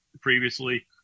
previously